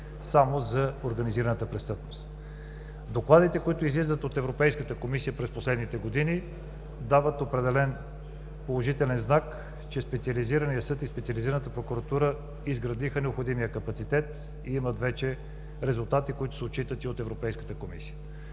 само за организираната престъпност. Докладите, които излизат от Европейската комисия през последните години, дават определен положителен знак, че Специализираният съд и Специализираната прокуратура изградиха необходимия капацитет и имат вече резултати, които се отчитат и от Европейската комисия.